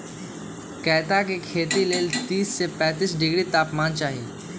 कैता के खेती लेल तीस से पैतिस डिग्री तापमान चाहि